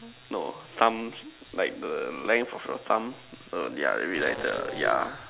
no some like the length of your thumb no their maybe like the ya